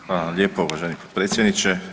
Hvala vam lijepo uvaženi potpredsjedniče.